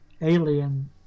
alien